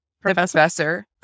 Professor